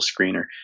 screener